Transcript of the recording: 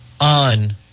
on